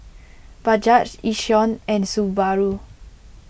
Bajaj Yishion and Subaru